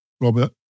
Robert